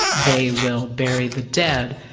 they will bury the dead,